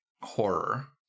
horror